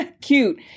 cute